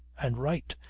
and right!